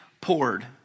poured